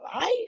life